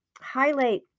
highlight